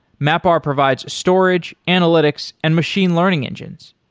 mapr provides storage, analytics and machine learning engines.